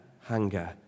hunger